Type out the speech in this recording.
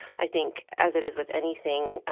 i think, as it is with anything,